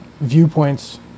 viewpoints